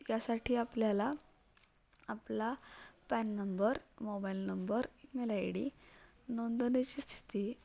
यासाठी आपल्याला आपला PAN number mobile number email I D नोंदवण्याची स्थिती